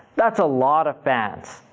that's a lot of fans.